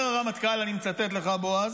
אומר הרמטכ"ל, אני מצטט לך, בועז: